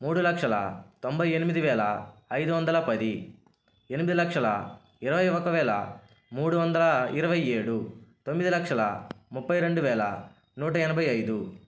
మూడు లక్షల తొంభై ఎనిమిది వేల ఐదు వందల పది ఎనిమిది లక్షల ఇరవై ఒక వేల మూడు వందల ఇరవై ఏడు తొమ్మిది లక్షల ముప్పై రెండు వేల నూట ఎనభై ఐదు